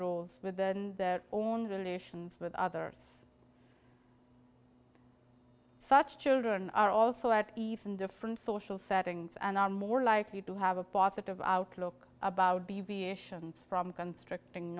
roles within their own relations with others such children are also at even different social settings and are more likely to have a positive outlook about b b ations from constricting